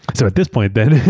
and so at this point, ben,